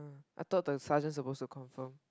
I thought the sergeant supposed to confirm